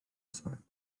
site